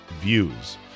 views